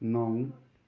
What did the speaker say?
नौ